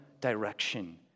direction